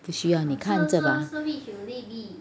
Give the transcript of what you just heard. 不需要你看的 lah